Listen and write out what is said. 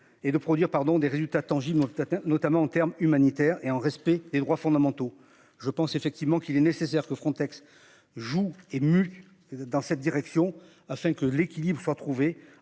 et de produire pardon des résultats tangibles atteint notamment en termes humanitaires et en respect des droits fondamentaux. Je pense effectivement qu'il est nécessaire que Frontex joue ému dans cette direction afin que l'équilibre soit trouvé